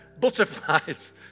Butterflies